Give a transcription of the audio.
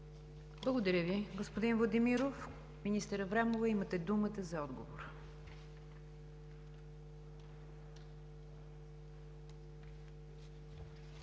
Благодаря Ви, господин Владимиров. Министър Аврамова, имате думата за отговор.